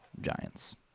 giants